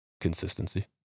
Consistency